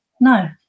No